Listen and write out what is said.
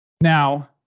Now